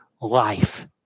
life